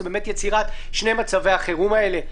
זה יצירת שני מצבי החירום האלה,